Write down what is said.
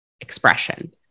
expression